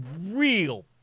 real